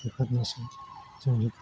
बेफोरनोसै जोंनि खामानि